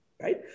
right